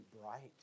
bright